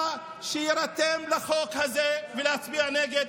שיירתם בחוק הזה ויצביע נגד.